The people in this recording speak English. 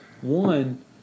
one